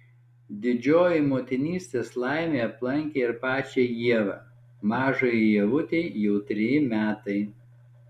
didžioji motinystės laimė aplankė ir pačią ievą mažajai ievutei jau treji metai